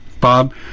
Bob